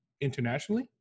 internationally